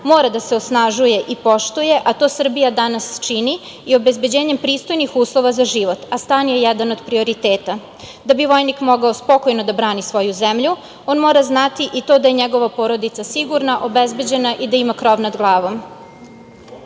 mora da se osnažuje i poštuje, a to Srbija danas čini i obezbeđenjem pristojnih uslova za život, a stan je jedan od prioriteta. Da bi vojnik mogao spokojno da brani svoju zemlju, on mora znati i to da je njegova porodica sigurna, obezbeđena i da ima krov nad glavom. Oni